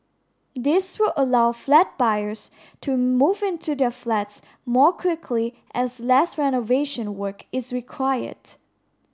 this will allow flat buyers to move into their flats more quickly as less renovation work is required